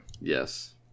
Yes